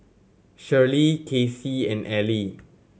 Shirlie Kacie and Ellie